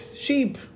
Sheep